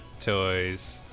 toys